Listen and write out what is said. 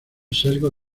sesgo